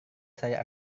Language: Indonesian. saya